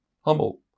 humble